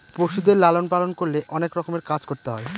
পশুদের লালন পালন করলে অনেক রকমের কাজ করতে হয়